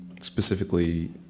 specifically